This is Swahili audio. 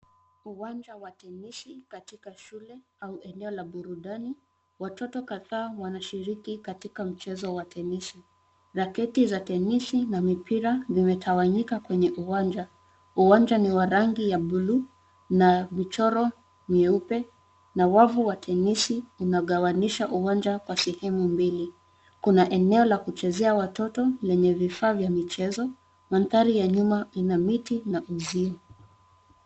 Uwanja wa tenisi katika shule au eneo la burudani. Watoto kadhaa wanashiriki katika mchezo wa tenisi. Raketi za tenisi na mipira vimetawanyika kwenye uwanja. Uwanja ni wa rangi ya buluu na michoro mieupe na wavu wa tenisi unagawanyisha uwanja kwa sehemu mbili. Kuna eneo la kuchezea watoto lenye vifaa vya michezo. Mandhari ya nyuma ina miti na uzio.